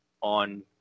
on